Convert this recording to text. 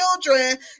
children